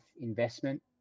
investment